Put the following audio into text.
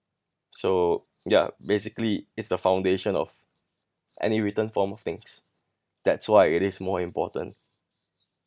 so ya basically it's the foundation of any written form of things that's why it is more important